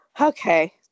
Okay